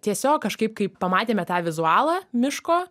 tiesiog kažkaip kai pamatėme tą vizualą miško